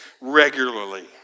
regularly